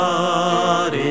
God